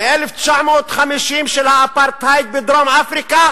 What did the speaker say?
מ-1950 של האפרטהייד בדרום-אפריקה,